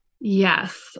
Yes